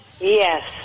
yes